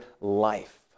life